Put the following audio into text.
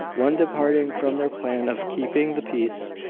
once departing from their plan of keeping the peace,